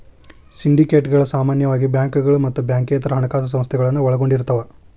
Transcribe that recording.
ಸಿಂಡಿಕೇಟ್ಗಳ ಸಾಮಾನ್ಯವಾಗಿ ಬ್ಯಾಂಕುಗಳ ಮತ್ತ ಬ್ಯಾಂಕೇತರ ಹಣಕಾಸ ಸಂಸ್ಥೆಗಳನ್ನ ಒಳಗೊಂಡಿರ್ತವ